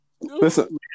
Listen